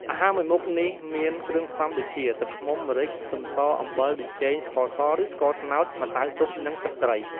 អាហារមួយមុខនេះមានគ្រឿងផ្សំដូចជា ទឹកឃ្មុំ ម្រេច ខ្ទឹមស អំបិល ប៊ីចេង ស្ករសឬស្ករត្នោត ម្សៅស៊ុប និងទឹកត្រី។